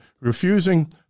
refusing